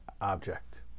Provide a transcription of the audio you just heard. object